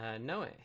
Noe